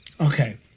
Okay